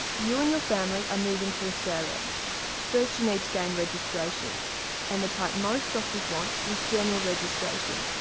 you and your family are moving to australia first you need to gain registration and the type most doctors want is general registration.